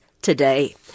today